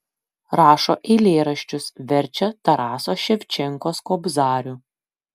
rašo eilėraščius verčia taraso ševčenkos kobzarių